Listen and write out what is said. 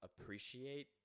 appreciate